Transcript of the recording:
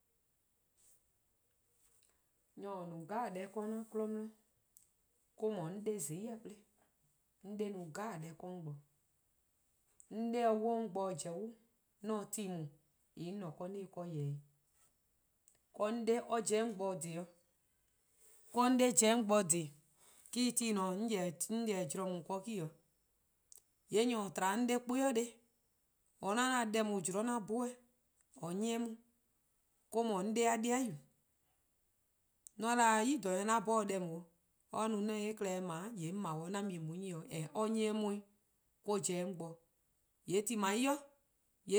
Nyor :or no-a 'de 'jeh 'de 'an 'kmo 'di or-: no 'de :zai 'kele-a:, 'on 'de-a no deh 'jeh 'do 'on bo. :m or 'on 'de se 'o 'on bo-dih pobpo: dee, :yee' ti 'on :ne-a ken :yee' 'on se-ih ken :yeh-dih dee. 'On 'de, or pobo 'o 'on bo-dih dhih 'o, 'on 'de-a pobo 'o 'on bo-dih dhih, eh-: no-eh 'de 'on :yeh-dih ti :daa ken. :yee' nyor :or tba 'o 'on 'de kpuh 'i :neheh', :mor 'on 'da deh :daa zean' 'an 'bhorn-eh :or 'nyi 'on, or-: 'dhu 'on 'de-a 'dei'-yu. :mor 'on 'da nyor :klaba' 'an 'bhorn deh :daa 'o, :yee' or 'da deh :on 'da-' 'on se-eh klehkpeh 'ble jorwor: :yeh 'on 'ble-a 'an mu-eh :on 'nyi-' :yee' or 'nyi-eh 'on 'weh. Or-: pobo 'o 'on bo-dih, :yee' 'do ti :daa 'o 'i :yee' 'on